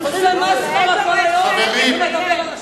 הוא עושה מסחרה כל היום, ומדבר על השואה.